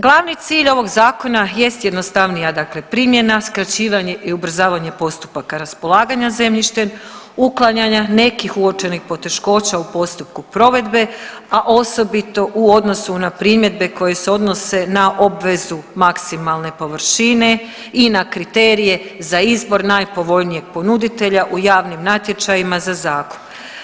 Glavni cilj ovog zakona jest jednostavnija dakle primjena, skraćivanje i ubrzavanje postupaka raspolaganja zemljištem, uklanjanja nekih uočenih poteškoća u postupku provedbe, a osobito u odnosu na primjedbe koje se odnose na obvezu maksimalne površine i na kriterije za izbor najpovoljnijeg ponuditelja u javnim natječajima za zakup.